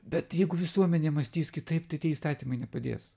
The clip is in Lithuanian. bet jeigu visuomenė mąstys kitaip tai tie įstatymai nepadės